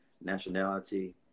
nationality